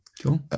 cool